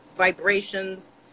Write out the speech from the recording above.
vibrations